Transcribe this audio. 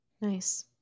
nice